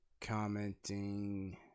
commenting